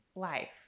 life